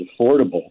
affordable